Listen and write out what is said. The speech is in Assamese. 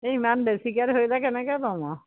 এই ইমান বেছিকৈ ধৰিলে কেনেকৈ ল'ম আৰু